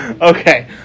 Okay